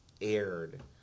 aired